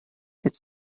its